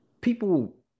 people